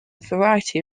variety